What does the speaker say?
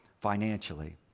financially